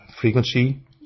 frequency